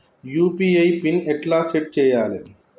UPI PIN ఎట్లా set చేయాలే?